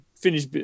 finish